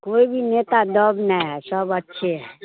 कोई भी नेता दब नै है सब अच्छे है